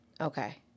Okay